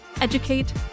educate